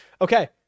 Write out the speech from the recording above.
Okay